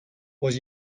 was